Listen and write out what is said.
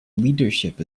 leadership